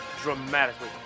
dramatically